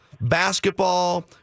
basketball